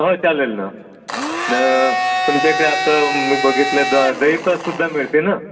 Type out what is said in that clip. हो चालेल ना न तुमच्या इकडे आता मी बघितलं द दही पा सुद्धा मिळते ना